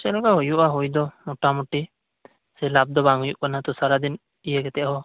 ᱪᱮᱫ ᱦᱚᱸ ᱵᱟᱝ ᱦᱩᱭᱩᱜᱼᱟ ᱦᱩᱭ ᱫᱚ ᱢᱚᱴᱟᱢᱩᱴᱤ ᱵᱮᱥᱤ ᱞᱟᱵ ᱫᱚ ᱵᱟᱝ ᱦᱩᱭᱩᱜ ᱠᱟᱱᱟ ᱥᱟᱨᱟ ᱫᱤᱱ ᱤᱭᱟᱹ ᱠᱟᱛᱮ ᱦᱚᱸ